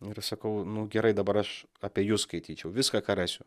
ir sakau nu gerai dabar aš apie jus skaityčiau viską ką rasiu